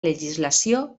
legislació